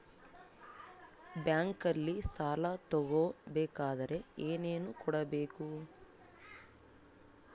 ಬ್ಯಾಂಕಲ್ಲಿ ಸಾಲ ತಗೋ ಬೇಕಾದರೆ ಏನೇನು ಕೊಡಬೇಕು?